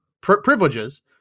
privileges